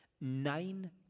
Nine